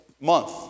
month